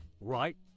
right